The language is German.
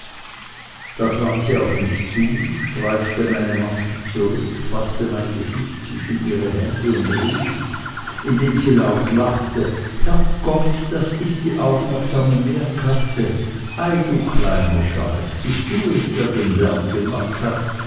da trat sie auf mich zu streifte meine maske zu rück faßte mein gesicht zwischen ihre hände und rief indem sie laut lachte herr gott das ist die aufmerksame meerkatze ei du kleiner schalk bist du es der den lärm gemacht hat